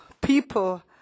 people